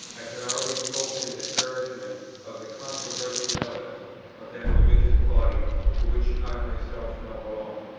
i had already spoken in disparagement of the controversialists of that religious body, to which i myself now belong.